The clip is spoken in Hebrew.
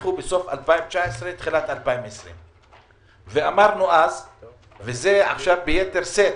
שנפתחו בסוף 2019 תחילת 2020. אמרנו אז ועכשיו ביתר שאת